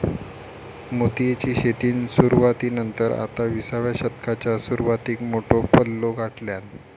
मोतीयेची शेतीन सुरवाती नंतर आता विसाव्या शतकाच्या सुरवातीक मोठो पल्लो गाठल्यान